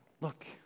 look